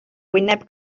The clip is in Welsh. wyneb